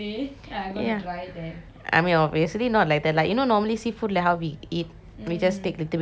I mean obviously not like that lah you know normally seafood like how we eat we just take little bit little bit